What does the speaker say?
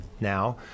now